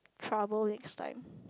trouble next time